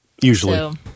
Usually